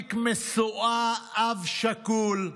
מדליק משואה, אב שכול,